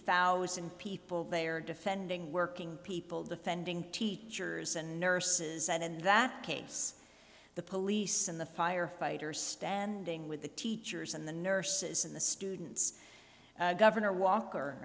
thousand people there defending working people defending teachers and nurses and in that case the police and the firefighters standing with the teachers and the nurses and the students governor walker